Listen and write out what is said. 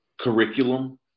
curriculum